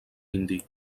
indi